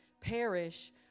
perish